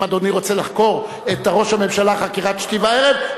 אם אדוני רוצה לחקור את ראש הממשלה חקירת שתי וערב,